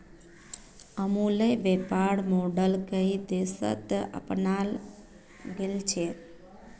अमूलेर व्यापर मॉडल कई देशत अपनाल गेल छ